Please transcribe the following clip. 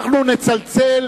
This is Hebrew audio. אנחנו נצלצל,